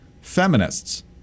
Feminists